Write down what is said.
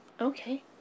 Okay